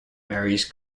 varies